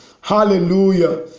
Hallelujah